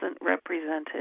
represented